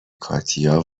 کاتیا